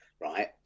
Right